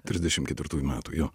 trisdešim ketvirtųjų metų jo